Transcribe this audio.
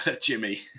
Jimmy